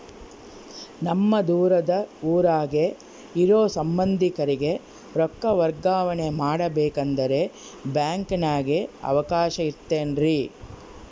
ನಮ್ಮ ದೂರದ ಊರಾಗ ಇರೋ ಸಂಬಂಧಿಕರಿಗೆ ರೊಕ್ಕ ವರ್ಗಾವಣೆ ಮಾಡಬೇಕೆಂದರೆ ಬ್ಯಾಂಕಿನಾಗೆ ಅವಕಾಶ ಐತೇನ್ರಿ?